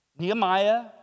Nehemiah